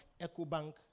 Ecobank